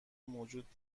موجود